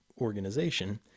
organization